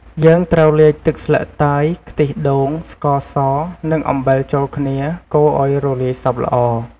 យើងត្រូវលាយទឹកស្លឹកតើយ ខ្ទិះដូង ស្ករស និងអំបិលចូលគ្នា កូរឲ្យរលាយសព្វល្អ។